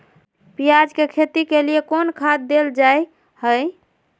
प्याज के खेती के लिए कौन खाद देल जा हाय?